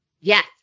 Yes